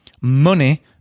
Money